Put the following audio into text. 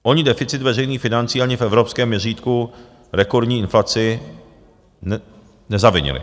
Oni deficit veřejných financí ani v evropském měřítku rekordní inflaci nezavinili.